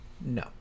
No